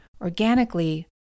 organically